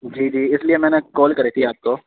جی جی اس لیے میں نے کال کری تھی آپ کو